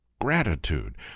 gratitude